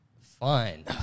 fine